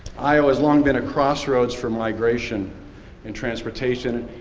iowa's long been a crossroads for migration and transportation.